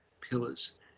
pillars